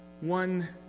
one